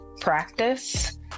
practice